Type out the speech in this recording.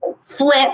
flip